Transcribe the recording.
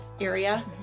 area